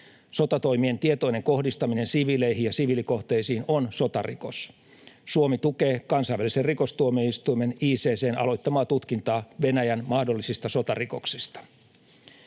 Sotatoimien tietoinen kohdistaminen siviileihin ja siviilikohteisiin on sotarikos. Suomi tukee kansainvälisen rikostuomioistuimen, ICC:n, aloittamaa tutkintaa Venäjän mahdollisista sotarikoksista.